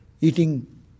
eating